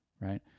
right